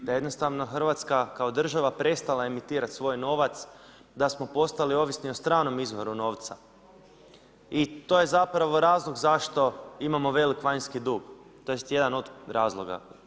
Da jednostavno RH kao država je prestala emitirati svoj novac, da smo postali ovisni o stranom izvoru novca i to je zapravo razlog zašto imamo veliki vanjski dug, tj. jedan od razloga.